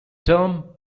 term